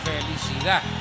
Felicidad